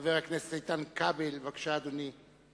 חבר הכנסת איתן כבל, בבקשה, אדוני.